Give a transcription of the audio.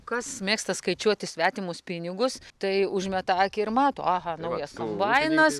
kas mėgsta skaičiuoti svetimus pinigus tai užmeta akį ir mato a naujas kombainas